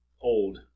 old